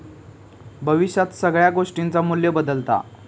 भविष्यात सगळ्या गोष्टींचा मू्ल्य बदालता